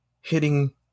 hitting